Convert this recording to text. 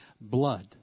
blood